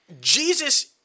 Jesus